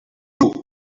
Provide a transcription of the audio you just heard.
true